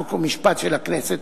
חוק ומשפט של הכנסת,